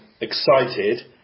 excited